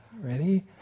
Ready